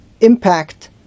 impact